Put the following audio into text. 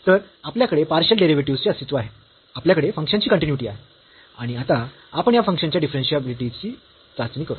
तर आपल्याकडे partial derivatives चे अस्तित्व आहे आपल्याकडे फंक्शनची कन्टीन्यूइटी आहे आणि आता आपण या फंक्शनच्या डिफरन्शियाबिलिटीची चाचणी करू